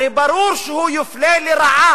הרי ברור שהוא יופלה לרעה,